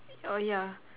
oh ya